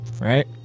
right